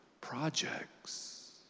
projects